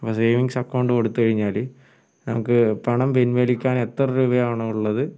അപ്പം savings account കൊടുത്തു കഴിഞ്ഞാൽ നമുക്ക് പണം പിൻവലിക്കാൻ എത്ര രൂപയാണോ ഉള്ളത്